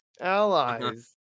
allies